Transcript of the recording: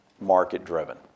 market-driven